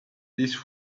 this